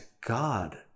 God